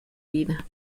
vida